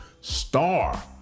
star